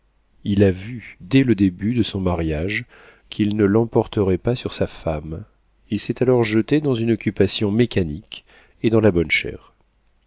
il a vu dès le début de son mariage qu'il ne l'emporterait pas sur sa femme il s'est alors jeté dans une occupation mécanique et dans la bonne chère